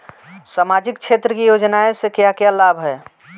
सामाजिक क्षेत्र की योजनाएं से क्या क्या लाभ है?